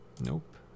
Nope